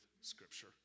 scripture